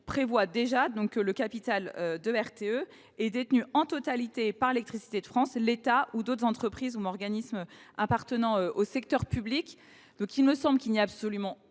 dispose déjà que le capital de RTE « est détenu en totalité par Électricité de France, l’État ou d’autres entreprises ou organismes appartenant au secteur public ». Il n’y a donc absolument